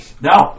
No